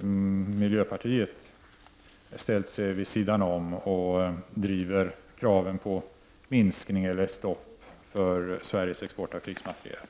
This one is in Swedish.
miljöpartiet ställt sig vid sidan om och driver kraven på minskning av eller stopp för Sveriges export av krigsmateriel.